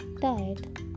diet